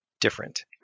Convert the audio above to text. different